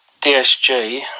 DSG